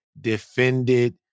defended